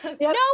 No